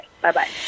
bye-bye